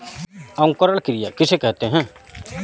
अंकुरण क्रिया किसे कहते हैं?